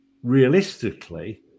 Realistically